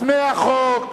גמליאל.